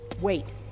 Wait